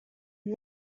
uyu